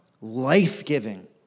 life-giving